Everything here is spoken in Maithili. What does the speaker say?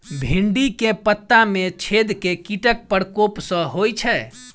भिन्डी केँ पत्ता मे छेद केँ कीटक प्रकोप सऽ होइ छै?